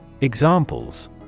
Examples